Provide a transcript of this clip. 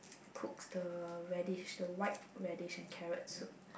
cooks the radish the white radish and carrot soup